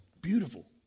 Beautiful